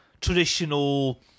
traditional